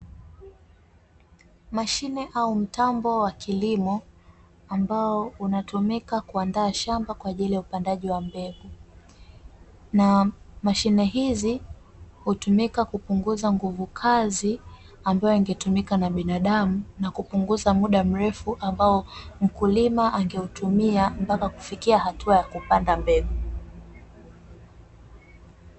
Mashine au mtambo wa kilimo ambao unatumika kuandaa shamba kwa ajili ya upandaji wa mbegu, na mashine hizi hutumika kupunguza nguvu kazi ambayo ingetumika na binadamu na kupunguza muda mrefu ambao mkulima angeutumia mpaka kufikia hatua ya kupanda mbegu .